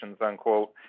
unquote